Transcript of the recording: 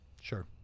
Sure